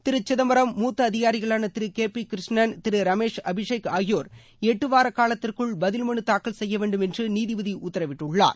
திரு சிதம்பரம் மூத்த அதிகாரிகளான Thiru K P Krishnan Thiru Ramesh Abhishek ஆகியோர் எட்டுவார காலத்திற்குள் பதில் மனு தாக்கல் செய்ய வேண்டும் என்று நீதிபதி உத்தரவிட்டுள்ளார்